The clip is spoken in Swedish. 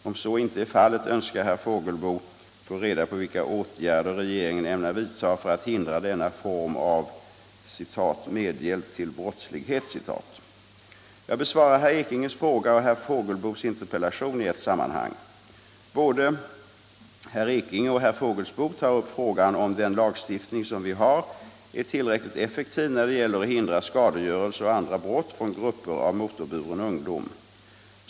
Om så inte är fallet önskar herr Fågelsbo få reda på vilka åtgärder regeringen ämnar vidta för att hindra denna form av ”medhjälp till brottslighet”. Jag besvarar herr Ekinges fråga och herr Fågelsbos interpellation i ett sammanhang. Både herr Ekinge och herr Fågelsbo tar upp frågan om den lagstiftning som vi har är tillräckligt effektiv när det gäller att hindra skadegörelse och andra brott från grupper av motorburen ungdom.